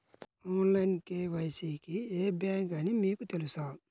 Online KYC కి ఏ bank అని మీకు తెలుసా?